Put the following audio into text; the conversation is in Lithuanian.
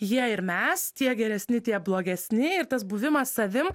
jie ir mes tie geresni tie blogesni ir tas buvimas savim